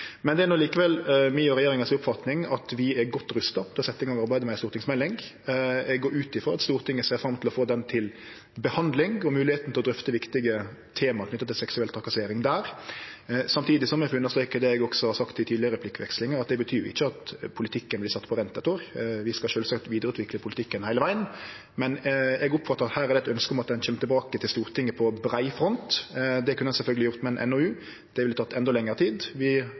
Det er no likevel mi og regjeringa si oppfatning at vi er godt rusta til å setje i gang arbeidet med ei stortingsmelding. Eg går ut frå at Stortinget ser fram til å få ho til behandling og til moglegheita til i den samanheng å drøfte viktige tema knytte til seksuell trakassering. Samtidig må eg få understreke det eg også har sagt i tidlegare replikkvekslingar, at det betyr jo ikkje at politikken vert sett på vent eit år. Vi skal sjølvsagt vidareutvikle politikken heile vegen, men eg oppfattar at her er det eit ønske om at ein kjem tilbake til Stortinget på brei front. Det kunne ein sjølvsagt ha gjort med ei NOU. Det ville teke enda lengre tid. Vi